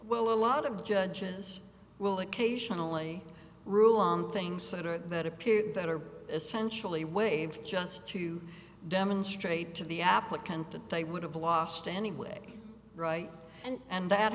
well a lot of judges will occasionally rule on things that appear that are essentially waived just to demonstrate to the applicant that they would have lost anyway right and